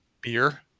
beer